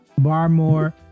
Barmore